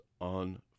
On